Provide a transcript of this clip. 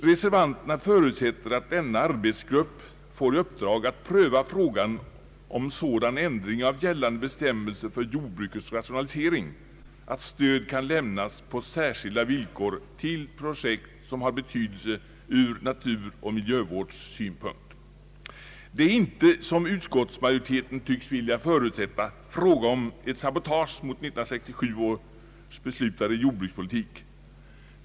Reservanterna förutsätter att denna arbetsgrupp får i uppdrag att pröva frågan om sådan ändring av gällande bestämmelser för jordbrukets rationalisering att stöd kan lämnas på särskilda villkor till projekt som har betydelse ur naturoch miljövårdssynpunkt. Det är inte, som utskottsmajoriteten tycks vilja förutsätta, fråga om ett sabotage mot den 1967 beslutade jordbrukspolitiken.